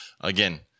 Again